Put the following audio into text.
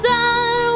Sun